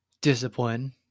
discipline